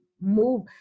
move